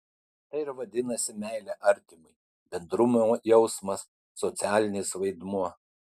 tai ir vadinasi meilė artimui bendrumo jausmas socialinis vaidmuo